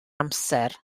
amser